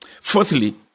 Fourthly